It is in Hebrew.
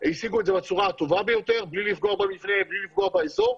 מכבדים אותו במאה אחוז.